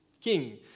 king